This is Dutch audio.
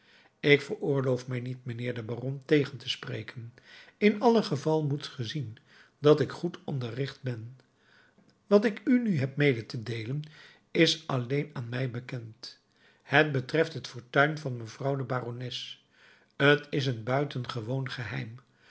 ik veroorloof mij niet mijnheer den baron tegen te spreken in allen geval moet ge zien dat ik goed onderricht ben wat ik u nu heb mede te deelen is alleen aan mij bekend het betreft het fortuin van mevrouw de barones t is een buitengewoon geheim